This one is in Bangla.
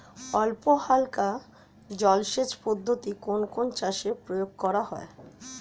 অল্পহালকা জলসেচ পদ্ধতি কোন কোন চাষে প্রয়োগ করা হয়?